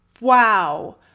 Wow